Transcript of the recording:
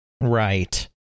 Right